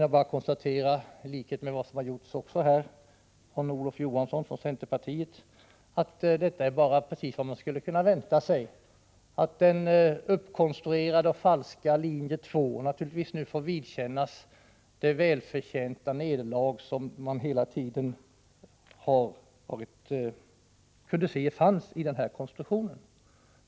Jag kan, i likhet med vad som tidigare gjorts av Olof Johansson från centerpartiet, konstatera att detta bara är precis vad man skulle kunna ha väntat sig. Den konstruerade och falska linje 2 får nu vidkännas det välförtjänta nederlag som man hela tiden kunde se låg i denna konstruktion.